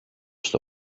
στο